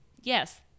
Yes